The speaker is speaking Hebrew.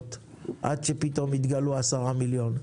ההעברות עד שפתאום יתגלו העשרה מיליון.